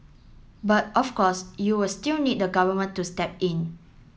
but of course you'll still need the Government to step in